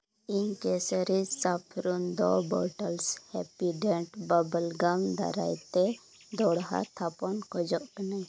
ᱤᱧ ᱠᱮᱥᱚᱨᱤ ᱥᱟᱯᱷᱨᱚᱱ ᱫᱚ bar bottles ᱦᱮᱯᱤᱰᱮᱱᱴ ᱵᱟᱵᱚᱞᱜᱟᱢ ᱫᱟᱨᱟᱭᱛᱮ ᱫᱚᱦᱲᱟ ᱛᱷᱟᱯᱚᱱ ᱠᱷᱚᱡᱚᱜ ᱠᱟᱱᱟᱹᱧ